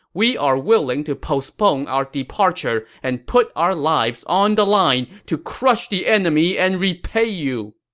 we are willing to postpone our departure and put our lives on the line to crush the enemy and repay you!